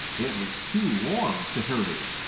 it was too warm to hurry.